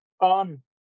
on